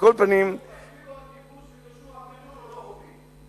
אפילו הכיבוש של יהושע בן נון הוא לא חוקי.